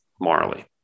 morally